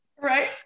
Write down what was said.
Right